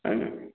হ্যাঁ